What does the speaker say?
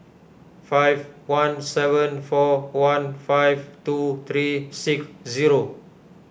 five one seven four one five two three six zero